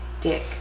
dick